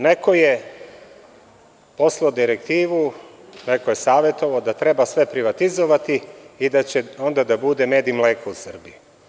Neko je poslao direktivu, neko je savetovao da treba sve privatizovati i da će onda da bude med i mleko u Srbiji.